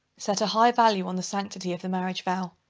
set a high value on the sanctity of the marriage vow.